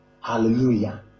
Hallelujah